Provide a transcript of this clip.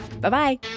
Bye-bye